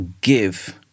give